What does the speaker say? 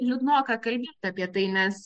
liūdnoka kalbėt apie tai nes